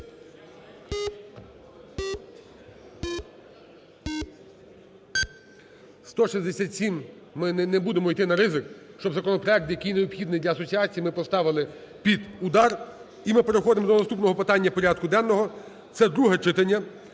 За-166 Ми не будемо йти на ризик, щоб законопроект, який необхідний для асоціації, ми поставили під удар. І ми переходимо до наступного питання порядку денного, це друге читання,